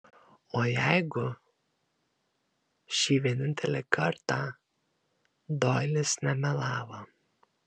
o jeigu šį vienintelį kartą doilis nemelavo